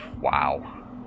wow